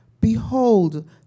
Behold